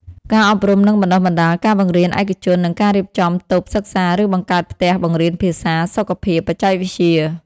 ការអប់រំ និងបណ្តុះបណ្តាលការបង្រៀនឯកជននិងការរៀបចំតូបសិក្សាឬបង្កើតផ្ទះបង្រៀនភាសា សុខភាព បច្ចេកវិទ្យា។